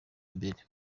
imbere